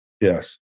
Yes